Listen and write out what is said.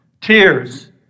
tears